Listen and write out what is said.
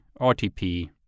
RTP